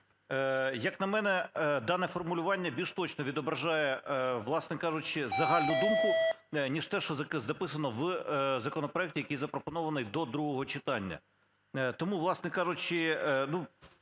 Як на мене, дане формулювання більш точне відображає, власне кажучи, загальну думку, ніж те, що записано в законопроекті, який запропонований до другого читання. Тому, власне кажучи,